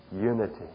unity